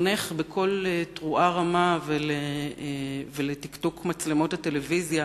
חונך בקול תרועה רמה ולתקתוק מצלמות הטלוויזיה